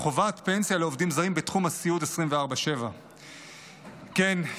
חובת פנסיה לעובדים זרים בתחום הסיעוד 24/7. כן,